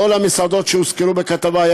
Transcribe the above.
לו הייתה כשרות למסעדות שהוזכרו בכתבה,